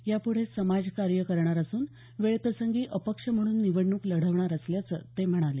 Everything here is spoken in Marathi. यापुढे समाजकार्य करणार असून वेळप्रसंगी अपक्ष म्हणून निवडणूक लढवणार असल्याचं ते म्हणाले